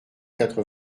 quatre